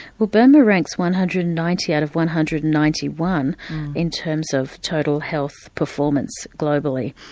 well burma ranks one hundred and ninety out of one hundred and ninety one in terms of total health performance globally.